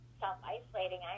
self-isolating